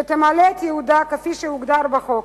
שתמלא את ייעודה כפי שהוגדר בחוק.